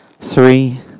three